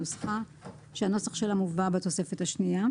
שנוסחה מובא בתוספת השנייה,